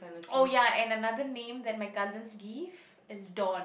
oh ya and another name that my cousins give is Dawn